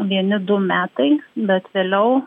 vieni du metai bet vėliau